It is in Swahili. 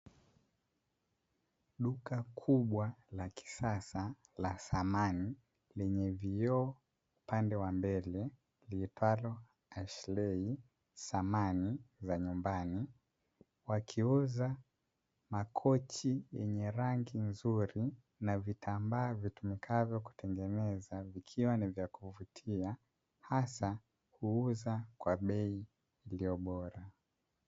Duka kubwa la kisasa la samani lenye vioo upande wa mbele liitwalo "Ashley samani za nyumbani", wakiuza makochi yenye rangi nzuri na vitambaa vitokanavyo kwa kutengeneza vikiwa ni vya kuvutia hasa kuuza kwa bei iliyo bora.